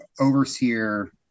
overseer